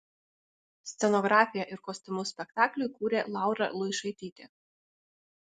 scenografiją ir kostiumus spektakliui kūrė laura luišaitytė